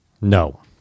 No